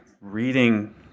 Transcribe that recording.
reading